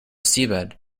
seabed